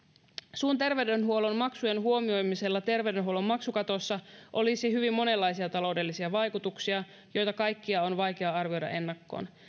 suun terveydenhuollon maksujen huomioimisella terveydenhuollon maksukatossa olisi hyvin monenlaisia taloudellisia vaikutuksia joita kaikkia on vaikea arvioida ennakkoon